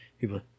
people